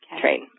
trade